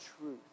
truth